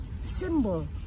symbol